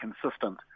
consistent